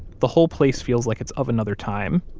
the whole place feels like it's of another time.